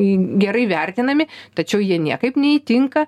gerai vertinami tačiau jie niekaip neįtinka